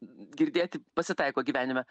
girdėti pasitaiko gyvenime